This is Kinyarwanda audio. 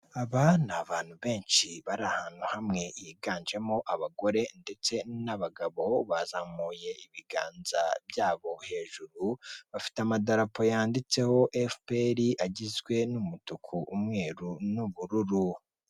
Aba ni abantu benshi bari ahantu hamwe higanjemo abagore ndetse n'abagabo, bazamuye ibiganza byabo hejuru bafite amadarapo yanditseho FPR agizwe n'umutuku umweru n'ubururu.